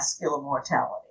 mortality